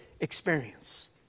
experience